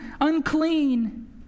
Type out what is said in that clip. unclean